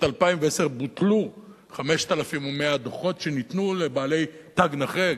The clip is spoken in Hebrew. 2010 בוטלו 5,100 דוחות שניתנו לבעלי תג נכה.